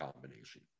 combination